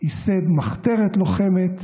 ייסד מחתרת לוחמת,